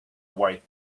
white